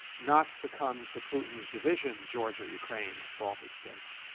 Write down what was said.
not succumb to putin's division georgia, ukraine, baltic states.